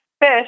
fish